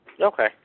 Okay